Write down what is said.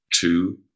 two